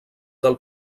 del